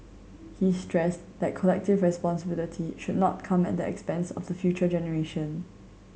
he stressed that collective responsibility should not come at the expense of the future generation